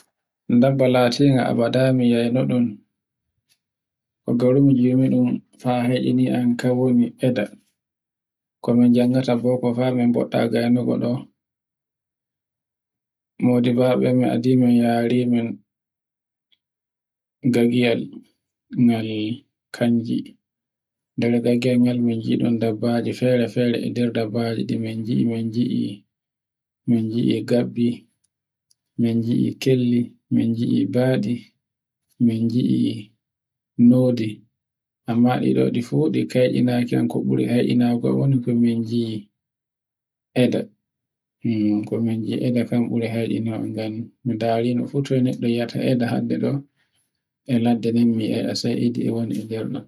Dabba latinga mi yiaino ɗun, ko gauromi jumeɗun faa hekkini am kan woni eda. Ko min janngata boko fa min boɗɗa gaynugo ɗo. Modibbamin adi min yari min gagiyel ngal kanji. Nder gagiyel ngel minjiɗon dabbaji fere-fere e nder dabbaji ɗi min giie min giee e gabbi, min gie kelli, min gie badi, min gie node. amma ɗi ɗo fuu ɗi kayɗinake an ɗi ko ɓuri heeinaki am e woni ko mingie ede. eda kam min dari neɗɗo hadde ɗo e ladde nden mi ai e saidi e woni ko nder ɗo.